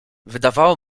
wydawało